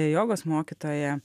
jogos mokytoja